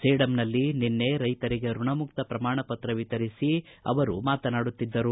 ಸೇಡಂನಲ್ಲಿ ನಿನ್ನೆ ರೈತರಿಗೆ ಋಣಮುಕ್ತ ಪ್ರಮಾಣಪತ್ರ ವಿತರಿಸಿ ಅವರು ಮಾತನಾಡುತ್ತಿದ್ದರು